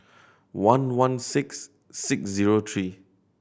one one six six zero tree